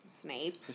Snape